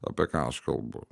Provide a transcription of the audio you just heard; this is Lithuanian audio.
apie ką aš kalbu